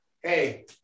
hey